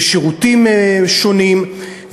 בשירותים שונים,